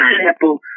pineapple